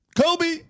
Kobe